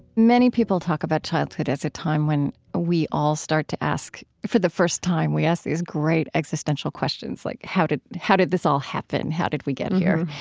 many people talk about childhood as a time when we all start to ask for the first time we ask these great existential questions, like how did how did this all happen? how did we get here?